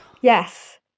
Yes